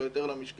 אלא יותר למשקית.